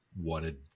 wanted